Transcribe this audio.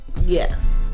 Yes